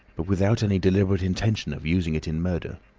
but without any deliberate intention of using it in murder.